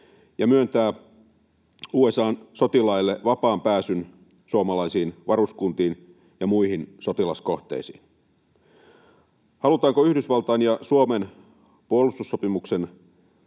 ja myöntää USA:n sotilaille vapaan pääsyn suomalaisiin varuskuntiin ja muihin sotilaskohteisiin. Halutaanko Yhdysvaltain ja Suomen puolustussopimuksen